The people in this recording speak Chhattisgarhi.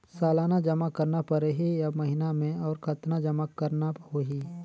सालाना जमा करना परही या महीना मे और कतना जमा करना होहि?